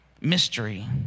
mystery